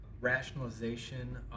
rationalization